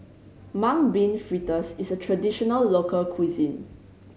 Mung Bean Fritters is a traditional local cuisine